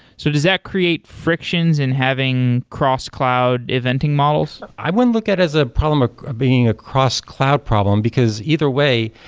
so does that create frictions in having cross-cloud eventing models? i wouldn't look at as a problem ah of being a cross-cloud problem, because either way,